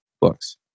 books